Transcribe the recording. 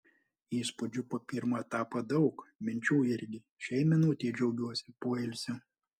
įspūdžių po pirmo etapo daug minčių irgi šiai minutei džiaugiuosi poilsiu